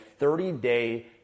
30-day